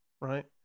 right